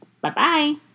Bye-bye